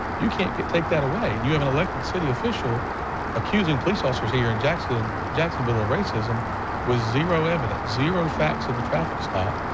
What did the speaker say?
you can't take that away and you have an elected city official accusing police officers here in jacksonville jacksonville of racism with zero evidence, zero facts of the traffic stop,